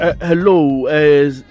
hello